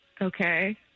Okay